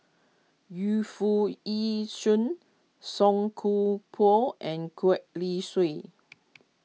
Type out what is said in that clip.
Yu Foo Yee Shoon Song Koon Poh and Gwee Li Sui